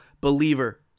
believer